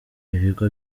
ibigo